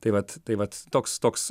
tai vat tai vat toks toks